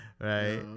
right